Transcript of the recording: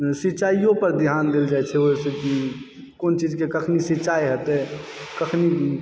सिंचाइओ पर ध्यान देल जाय छै ओहि कोन चीजके कखनी सिंचाइ हेतय कखनी